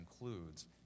includes